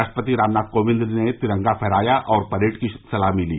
राष्ट्रपति रामनाथ कोविन्द ने तिरंगा फहराया और परेड की सलामी ली